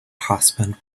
husband